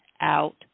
out